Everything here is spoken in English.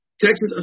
Texas